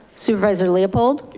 supervisor leopold.